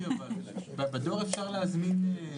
בדואר אפשר להזמין.